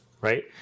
right